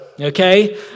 okay